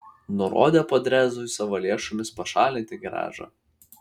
nurodė podrezui savo lėšomis pašalinti garažą